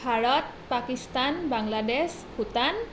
Bharat Pakistan Bangladesh Bhutan